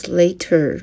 later